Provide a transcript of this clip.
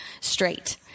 straight